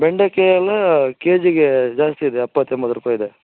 ಬೆಂಡೆಕಾಯಿ ಎಲ್ಲಾ ಕೆಜಿಗೆ ಜಾಸ್ತಿ ಇದೆ ಎಪ್ಪತ್ತು ಎಂಬತ್ತು ರೂಪಾಯಿ ಇದೆ